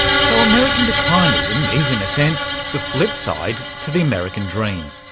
so american declinism is, in a sense, the flipside to the american dream.